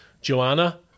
Joanna